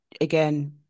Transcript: again